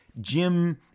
Jim